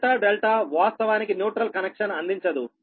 delta delta వాస్తవానికి neutral connection అందించదు